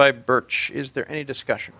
by birch is there any discussion